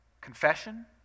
confession